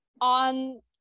on